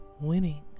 winning